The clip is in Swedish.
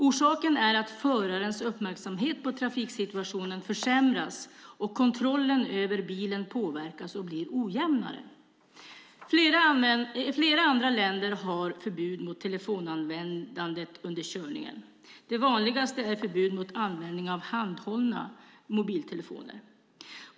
Orsaken är att förarens uppmärksamhet på trafiksituationen försämras och kontrollen över bilen påverkas och blir ojämnare. Flera andra länder har förbud mot telefonanvändandet under körning. Det vanligaste är förbud mot användning av handhållna mobiltelefoner.